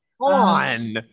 on